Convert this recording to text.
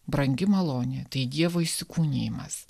brangi malonė tai dievo įsikūnijimas